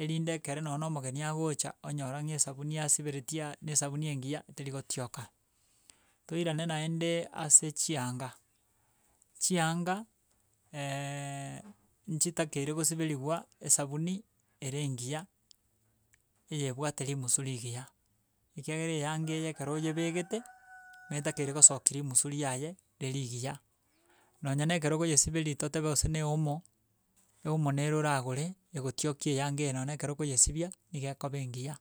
erinde ekero nonye na omogeni agocha, onyora ng'a esabuni asiberetia na esabuni engiya teri gotioka. Toirane naende ase chianga, chianga nchitakeire gosiberiwa esabuni ere engiya eye ebwate rimusu rigiya, ekigera eyanga eye ekero oyebegete, netakeire gosokia rimusu riaye rire rigiya nonye na ekero okoyesiberi totebe gose ne omo, eomo nero oragore egotiokia eyanga eye nonye ekero okoyesibia niga ekoba engiya.